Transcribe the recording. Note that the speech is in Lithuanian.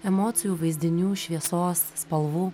emocijų vaizdinių šviesos spalvų